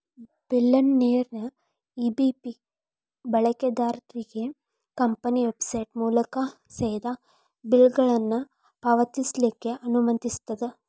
ಬಿಲ್ಲರ್ನೇರ EBP ಬಳಕೆದಾರ್ರಿಗೆ company website ಮೂಲಕಾ ಸೇದಾ ಬಿಲ್ಗಳನ್ನ ಪಾವತಿಸ್ಲಿಕ್ಕೆ ಅನುಮತಿಸ್ತದ